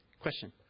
Question